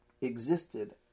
existed